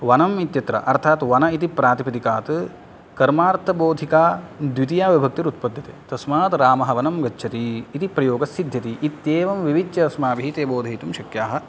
वनम् इत्यत्र अर्थात् वन इति प्रातिपदिकात् कर्मार्थबोधिका द्वितीयाविभक्तिः उत्पद्यते तस्मात् रामः वनं गच्छति इति प्रयोगस्सिद्ध्यति इत्येवं विविच्य अस्माभिः ते बोधयितुं शक्याः